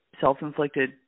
self-inflicted